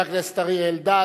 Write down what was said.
תודה רבה לחבר הכנסת אריה אלדד.